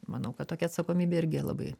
manau kad tokia atsakomybė irgi labai